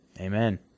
Amen